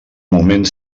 moment